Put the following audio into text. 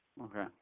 Okay